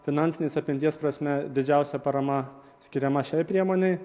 finansinės apimties prasme didžiausia parama skiriama šiai priemonei